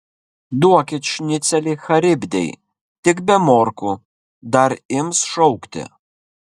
duokit šnicelį charibdei tik be morkų dar ims šaukti